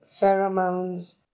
pheromones